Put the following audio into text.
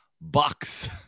Bucks